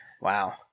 Wow